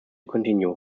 continue